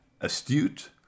astute